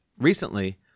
Recently